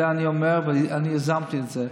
זה אני אומר, ואני יזמתי את זה.